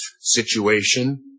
situation